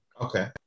Okay